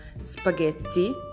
Spaghetti